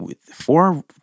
Four